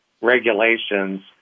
regulations